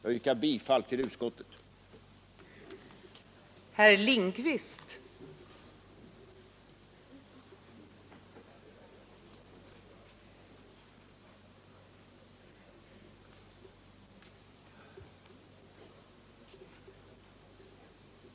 Jag yrkar bifall till utskottets hemställan.